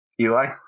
Eli